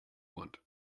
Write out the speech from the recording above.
want